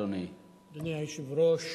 אדוני היושב-ראש,